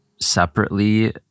separately